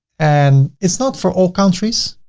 and it's not for all countries,